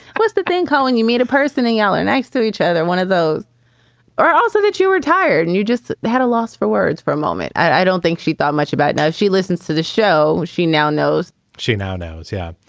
what's the thing calling you? meet a person in yellow next to each other. one of those also that you were tired and you just had a loss for words for a moment. i don't think she thought much about now. she listens to the show. she now knows she now knows. yeah.